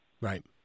Right